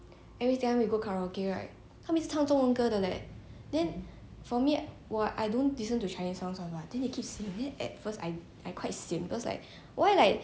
for me !wah! I don't listen to chinese songs [one] [what] then they keep singing at first like I I quite sian because like why like the whole two hours right 你们一直一直在唱 like like chinese songs only sia